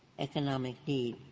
economic need.